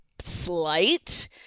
slight